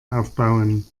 aufbauen